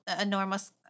enormous